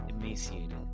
emaciated